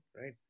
right